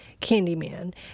Candyman